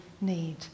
need